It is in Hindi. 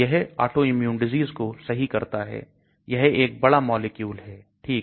तो यह Autoimmune Diseases को सही करता है यह एक बड़ा मॉलिक्यूल है